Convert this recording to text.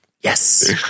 Yes